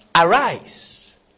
Arise